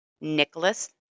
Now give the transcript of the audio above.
Nicholas